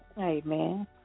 Amen